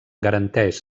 garanteix